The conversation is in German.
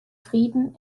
frieden